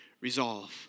resolve